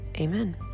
amen